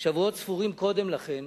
שבועות ספורים קודם לכן